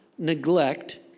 neglect